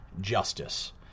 justice